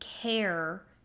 care